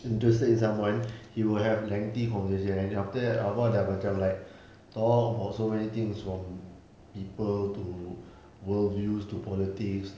interested in someone he will have lengthy conversations and then after that abah like talk about so many things from people to world views to politics